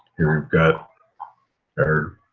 here we've got our